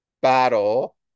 Battle